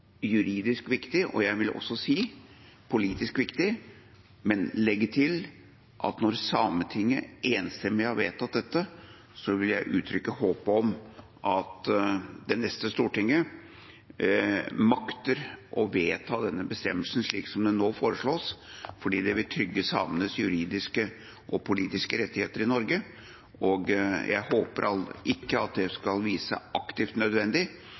juridisk viktig, og jeg vil også si politisk viktig, men legge til at når Sametinget enstemmig har vedtatt dette, vil jeg uttrykke håp om at det neste Stortinget makter å vedta denne bestemmelsen slik som den nå foreslås, fordi det vil trygge samenes juridiske og politiske rettigheter i Norge. Jeg håper ikke at det skal vise seg aktivt nødvendig,